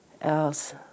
else